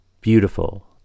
Beautiful